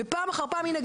ופעם אחר פעם הינה,